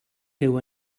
teu